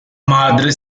madre